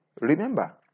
Remember